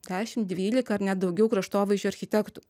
dešim dvylika ar net daugiau kraštovaizdžio architektų